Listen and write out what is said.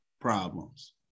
problems